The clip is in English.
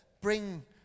bring